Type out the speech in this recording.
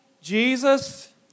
Jesus